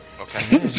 Okay